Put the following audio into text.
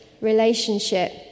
relationship